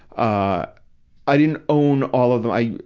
ah i didn't own all of them i,